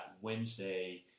Wednesday